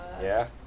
ya